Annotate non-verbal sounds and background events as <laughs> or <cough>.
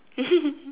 <laughs>